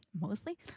mostly